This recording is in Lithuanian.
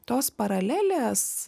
tos paralelės